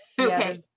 Okay